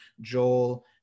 Joel